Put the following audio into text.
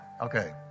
Okay